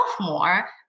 more